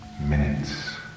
minutes